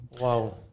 wow